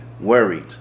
worried